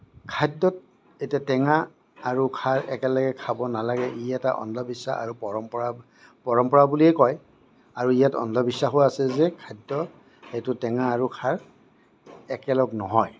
খাদ্যত এতিয়া টেঙা আৰু খাৰ একেলগে খাব নালাগে ই এটা অন্ধবিশ্বাস আৰু পৰম্পৰা পৰম্পৰা বুলিয়েই কয় আৰু ইয়াত অন্ধবিশ্বাসো আছে যে খাদ্য এইটো টেঙা আৰু খাৰ একেলগ নহয়